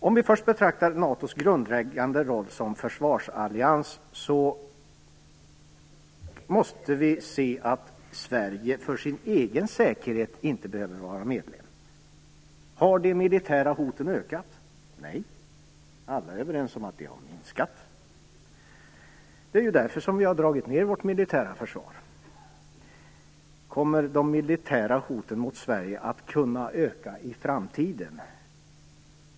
Om vi först betraktar NATO:s grundläggande roll som försvarsallians måste vi se att Sverige för sin egen säkerhet inte behöver vara medlem. Har de militära hoten ökat? Nej, alla är överens om att de har minskat. Det är ju därför som vi har dragit ned vårt militära försvar. Kommer de militära hoten mot Sverige att kunna öka i framtiden?